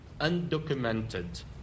undocumented